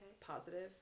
Positive